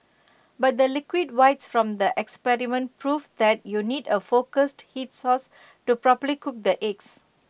but the liquid whites from the experiment proved that you need A focused heat source to properly cook the eggs